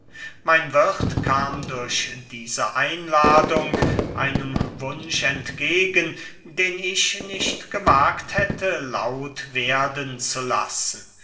mein wirth kam durch diese einladung einem wunsch entgegen den ich nicht gewagt hätte laut werden zu lassen